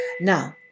Now